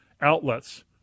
outlets